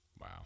Wow